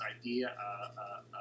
idea